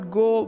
go